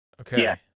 Okay